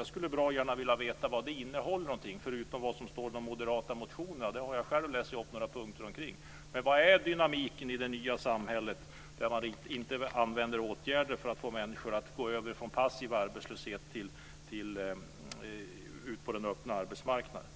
Jag skulle bra gärna vilja veta vad det innehåller förutom det som står i de moderata motionerna - det har jag själv läst upp några punkter omkring. Vad är dynamiken i det nya samhället där man inte använder åtgärder för att få människor att gå över från passiv arbetslöshet till den öppna arbetsmarknaden?